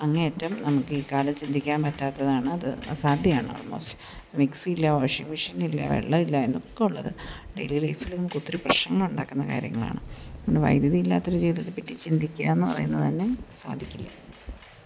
അങ്ങേ അറ്റം നമുക്ക് ഈ കാലം ചിന്തിക്കാൻ പറ്റാത്തതാണ് അത് അസാധ്യമാണ് ഓൾമോസ്റ്റ് മിക്സി ഇല്ല വാഷിങ് മെഷീൻ ഇല്ല വെള്ളമില്ല എന്നൊക്കെ ഉള്ളത് ഡേയ്ലി ലൈഫിൽ നമക്ക് ഒത്തിരി പ്രശ്നങ്ങൾ ഉണ്ടാക്കുന്ന കാര്യങ്ങളാണ് അതുകൊണ്ട് വൈദ്യുതി ഇല്ലാത്ത ഒരു ജീവിതത്തെ പറ്റി ചിന്തിക്കുക എന്നു പറയുന്നത് തന്നെ സാധിക്കില്ല